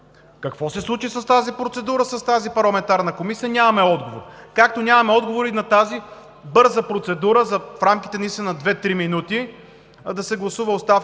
Какво се случи с тази процедура, с тази парламентарна комисия? Нямаме отговор! Както нямаме отговор и на тази бърза процедура в рамките наистина на две-три минути да се гласува оставката